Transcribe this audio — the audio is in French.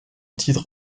titre